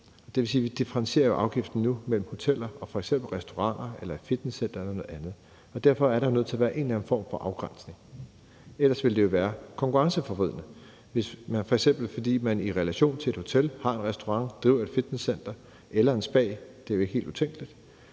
Det vil sige, at vi nu differentierer afgiften mellem hoteller og f.eks. restauranter, fitnesscentre og andet, og derfor er der nødt til at være en eller anden form for afgrænsning, ellers ville det jo være konkurrenceforvridende. Det er tilfældet, hvis man f.eks i relation til et hotel har en restaurant eller driver et fitnesscenter eller et spa – det er jo ikke helt utænkeligt